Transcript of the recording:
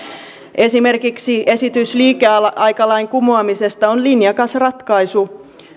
esimerkiksi esitys liikeaikalain kumoamisesta on linjakas ratkaisu